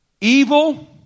Evil